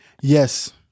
Yes